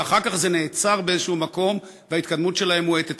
ואחר כך זה נעצר באיזה מקום וההתקדמות שלהן מואטת.